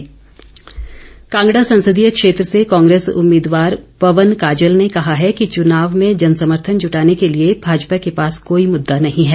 पवन काजल कांगड़ा संसदीय क्षेत्र से कांग्रेस उम्मीदवार पवन काजल ने कहा है कि चुनाव में जन सर्मथन जुटाने के लिए भाजपा के पास कोई मुद्दा नहीं है